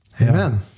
Amen